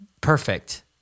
Perfect